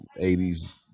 80s